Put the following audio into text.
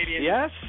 yes